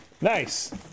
Nice